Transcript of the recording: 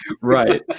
right